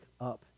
up